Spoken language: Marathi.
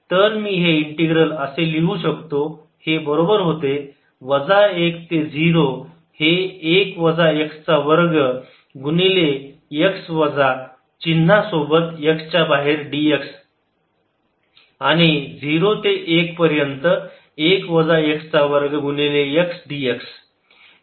तर मी हे इंटिग्रल असे लिहू शकतो हे बरोबर होते वजा 1 ते 0 हे 1 वजा x चा वर्ग गुणिले x वजा चिन्ह सोबत च्या बाहेर dx अधिक 0 ते 1 पर्यंत 1 वजा x चा वर्ग गुणिले x dx